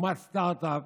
אומת סטרטאפ,